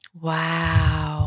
Wow